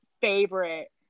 favorite